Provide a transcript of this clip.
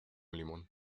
limón